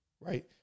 right